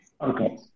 Okay